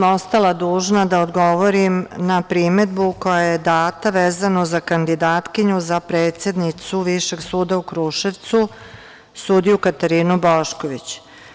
Ostala sam dužna da odgovorim na primedbu koja je data, vezano za kandidatkinju za predsednicu Višeg suda u Kruševcu, sudiju Katarinu Bošković.